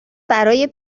برای